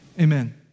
Amen